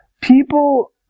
People